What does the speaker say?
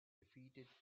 defeated